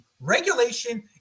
Regulation